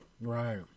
Right